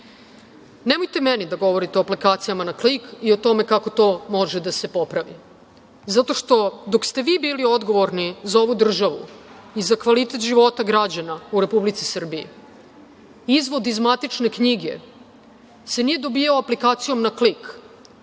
Nemojte meni da govorite aplikacijama na klik i o tome kako to može da se popravi zato što, dok ste vi bili odgovorni za ovu državu i za kvalitet života građana u Republici Srbiji, izvod iz matične knjige se nije dobijao aplikacijom na klik,